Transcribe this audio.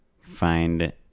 find